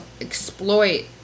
exploit